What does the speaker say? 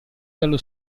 dallo